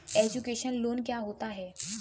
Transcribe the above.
Education loan क्या होता है?